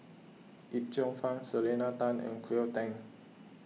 Yip Cheong Fun Selena Tan and Cleo Thang